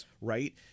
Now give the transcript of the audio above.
Right